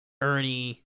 Ernie